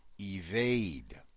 evade